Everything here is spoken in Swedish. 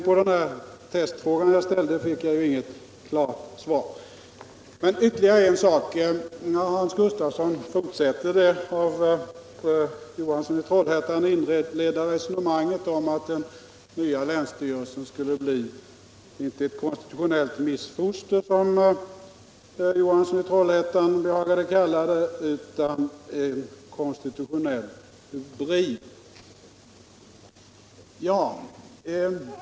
På testfrågan som jag ställde fick jag inget klart svar. Ytterligare en sak. Herr Gustafsson fortsatte på det av herr Johansson i Trollhättan inledda resonemanget om att den nya länsstyrelsen skulle bli, inte ett konstitutionellt missfoster som herr Johansson i Trollhättan behagade kalla det, utan en konstitutionell hybrid.